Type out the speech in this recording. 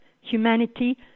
humanity